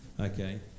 Okay